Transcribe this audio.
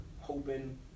hoping